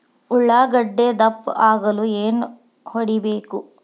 ಉಳ್ಳಾಗಡ್ಡೆ ದಪ್ಪ ಆಗಲು ಏನು ಹೊಡಿಬೇಕು?